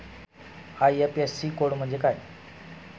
IFSC code म्हणजे काय?